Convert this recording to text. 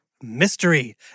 Mystery